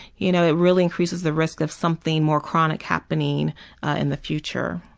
you know it really increases the risk of something more chronic happening in the future.